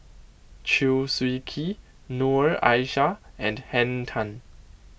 Chew Swee Kee Noor Aishah and Henn Tan